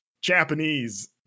Japanese